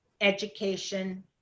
education